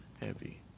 heavy